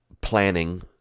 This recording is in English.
planning